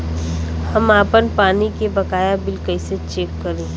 हम आपन पानी के बकाया बिल कईसे चेक करी?